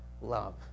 love